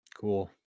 Cool